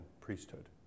priesthood